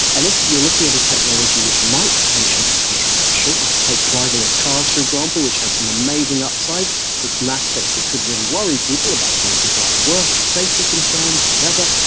and if you are looking at a technology which might potentially be controversial, like take driverless cars for example which has some amazing upsides but some aspects that could really worry people, about putting people out of work or safety concerns or whatever,